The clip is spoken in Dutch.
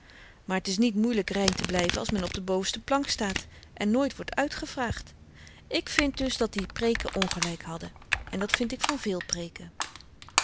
maar t is niet moeielyk rein te blyven als men op de bovenste plank staat en nooit wordt uitgevraagd ik vind dus dat die preeken ongelyk hadden en dat vind ik van veel preeken